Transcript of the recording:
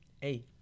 hey